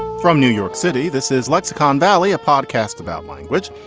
from new york city. this is lexicon valley a podcast about language.